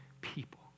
people